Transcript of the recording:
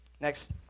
Next